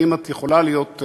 ואם את יכולה להיות,